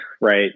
right